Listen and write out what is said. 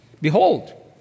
behold